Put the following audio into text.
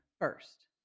first